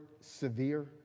severe